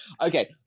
Okay